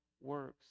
works